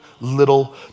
little